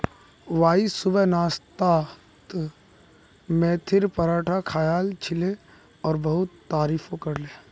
Y सुबह नाश्तात मेथीर पराठा खायाल छिले और बहुत तारीफो करले